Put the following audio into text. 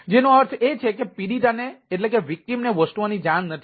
જેનો અર્થ એ છે કે પીડિતાને વસ્તુઓની જાણ નથી